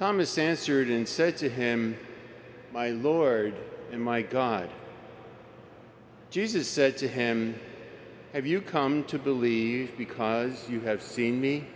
thomas answered and said to him my lord and my god jesus said to him have you come to believe because you have seen me